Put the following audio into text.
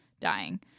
dying